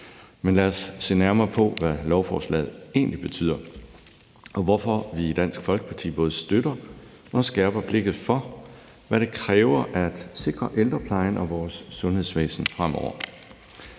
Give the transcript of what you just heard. Men lad os se nærmere på, hvad lovforslaget egentlig betyder, og hvorfor vi i Dansk Folkeparti både støtter det og skærper blikket for, hvad det kræver at sikre ældreplejen og vores sundhedsvæsen fremover.